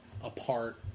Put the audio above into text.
apart